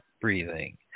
breathing